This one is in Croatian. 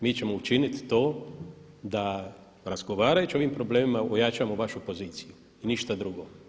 Mi ćemo učiniti to da razgovarajući o ovim problemima ojačamo vašu poziciju i ništa drugo.